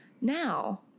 Now